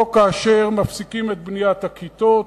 לא כאשר מפסיקים את בניית הכיתות